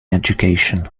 education